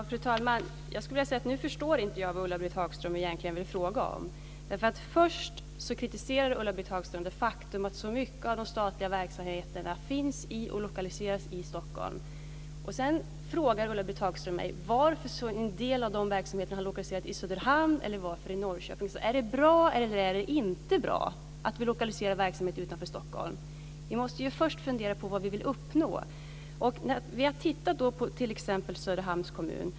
Fru talman! Nu förstår jag inte vad Ulla-Britt Hagström egentligen vill fråga om. Först kritiserar Ulla-Britt Hagström det faktum att så mycket av de statliga verksamheterna finns i och lokaliseras till Stockholm. Sedan frågar Ulla-Britt Hagström mig varför en del av de verksamheterna har lokaliserats till Söderhamn eller varför en del har lokaliserats till Norrköping. Är det bra, eller är det inte bra att vi lokaliserar verksamheter utanför Stockholm? Vi måste ju först fundera på vad vi vill uppnå. Vi har tittat på t.ex. Söderhamns kommun.